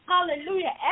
Hallelujah